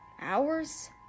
Hours